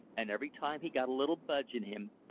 and every time he got a little budge in him,